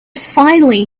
finally